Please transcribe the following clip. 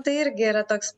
tai irgi yra toks